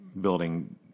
building